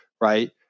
right